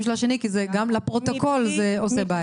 השני כי זה גם לפרוטוקול זה עושה בעיה.